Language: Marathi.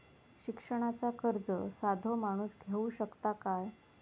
शिक्षणाचा कर्ज साधो माणूस घेऊ शकता काय?